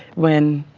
when,